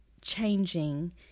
changing